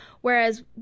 Whereas